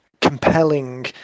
compelling